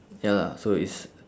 ya lah so it's